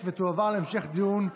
התשפ"א 2021,